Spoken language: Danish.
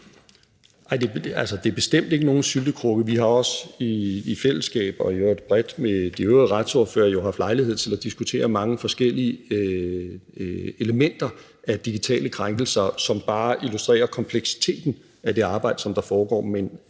det er bestemt ikke nogen syltekrukke. Vi har også i fællesskab og i øvrigt bredt sammen med de øvrige retsordførere haft lejlighed til at diskutere de mange forskellige aspekter af digitale krænkelser, som bare illustrerer kompleksiteten i det arbejde, der foregår.